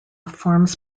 forms